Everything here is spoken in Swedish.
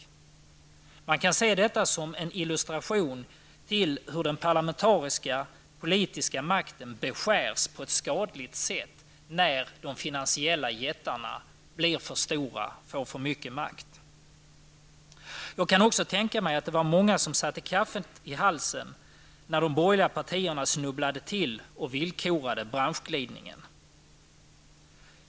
Man kan se detta som en illustration till hur den parlamentariska politiska makten beskärs på ett skadligt sätt när de finansiella jättarna blir för stora och får för mycket makt. Jag kan också tänka mig att det var många som satte kaffet i halsen när de borgerliga partierna snubblade till och villkorade branschglidningen.